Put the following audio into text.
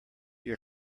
your